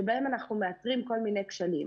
שבהן אנחנו מאתרים כל מיני כשלים.